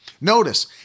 Notice